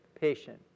patient